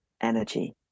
energy